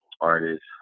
artists